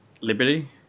liberty